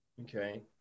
okay